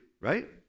right